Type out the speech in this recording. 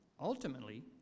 Ultimately